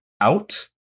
out